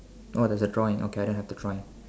oh there's a drawing okay I don't have a drawing